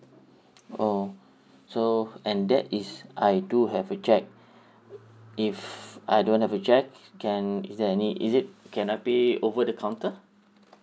oh so and that is I do have a cheque if I don't have a cheque can is there any is it can I pay over the counter